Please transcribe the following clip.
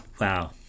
Wow